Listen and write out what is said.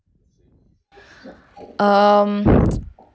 um